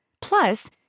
Plus